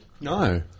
No